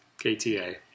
KTA